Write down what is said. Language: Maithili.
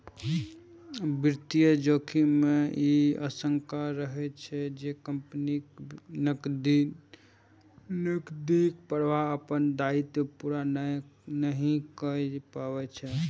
वित्तीय जोखिम मे ई आशंका रहै छै, जे कंपनीक नकदीक प्रवाह अपन दायित्व पूरा नहि कए पबै छै